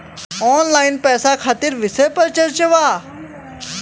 Online पैसा खातिर विषय पर चर्चा वा?